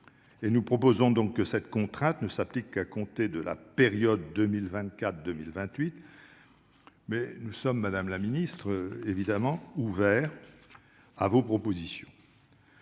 Nous proposons donc que cette contrainte ne s'applique qu'à compter de la période 2024-2028, mais nous sommes naturellement ouverts à vos propositions,